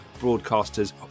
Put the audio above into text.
broadcasters